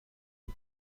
les